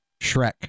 Shrek